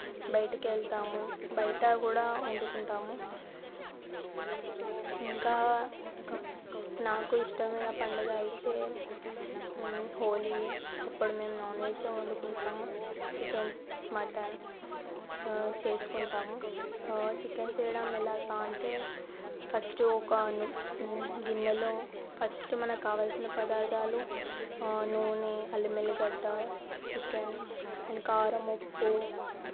బయటికి వెళతాము బయట కూడా వండుకుంటాము ఇంకా నాకు ఇష్టమైన పండుగ అయితే హోలీయే అప్పుడు మేము నాన్ వెజే వండుకుంటాము చికెన్ మటన్ చేసుకుంటాము చికెన్ చేయడం ఎలాగా అంటే ఫస్ట్ ఒక ను గిన్నెలో ఫస్ట్ మనకి కావాలసిన పదార్థాలు నూనె అల్లం వెల్లిగడ్డ చికెన్ అండ్ కారం ఉప్పు